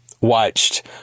watched